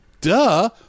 duh